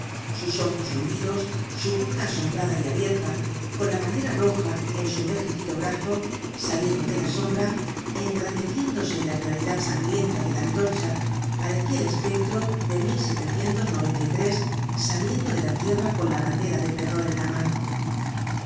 sus ojos hundidos su boca asombrada y abierta con la bandera roja en su envejecido brazo saliendo de la sombra engrandeciéndose en la claridad sangrienta de la antorcha parecia el espectro de saliendo da la tierra con la bandera del terror en la mano